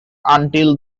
until